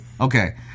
Okay